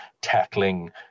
tackling